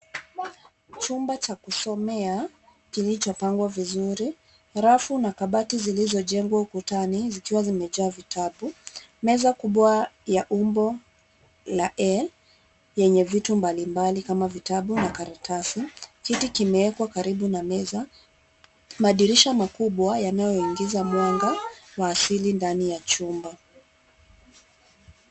Chumba cha kusomea kilichopangwa vizuri, rafu na kabati zilizojengwa ukutani zikiwa zimejaa vitabu. Meza kubwa ya umbo la L yenye vitu mbalimbali kama vitabu na karatasi. Kiti kimewekwa karibu na meza. Madirisha makubwa yanayoingiza mwanga wa asili ndani ya chumba.